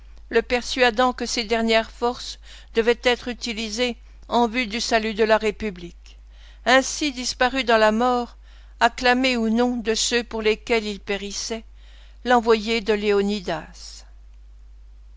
le persuadant que ses dernières forces devaient être utilisées en vue du salut de la république ainsi disparut dans la mort acclamé ou non de ceux pour lesquels il périssait l'envoyé de léonidas